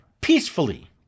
peacefully